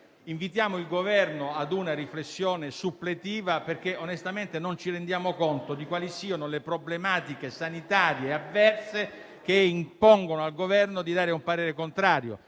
Invitiamo il Governo ad una riflessione suppletiva, perché onestamente non capiamo quali siano le problematiche sanitarie avverse che impongono al Governo di esprimere un parere contrario.